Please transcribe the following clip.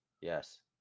Yes